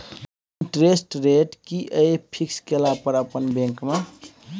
Interest rate कि ये fix केला पर अपन बैंक में?